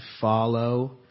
follow